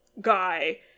guy